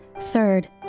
Third